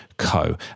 Co